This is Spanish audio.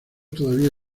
todavía